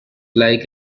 like